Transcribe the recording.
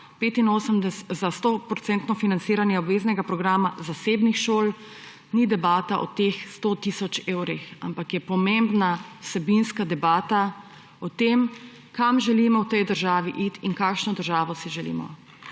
za 100 % financiranje obveznega programa zasebnih šol, ni debata o teh 100 tisoč evrih, ampak je pomembna vsebinska debata o tem, kam želimo v tej državi iti, kakšno državo si želimo.